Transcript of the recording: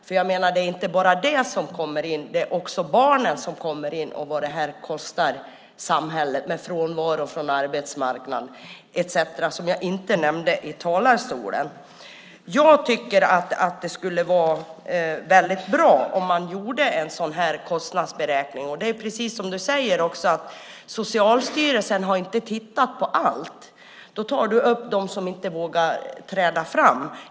Det är ju inte bara det som kommer in. Det är också barnen som kommer in, och vad det här kostar samhället med frånvaro från arbetsmarknaden etcetera, som jag inte nämnde i talarstolen. Jag tycker att det skulle vara väldigt bra om man gjorde en sådan här kostnadsberäkning. Det är precis som du säger: Socialstyrelsen har inte tittat på allt. Du tar upp dem som inte vågar träda fram.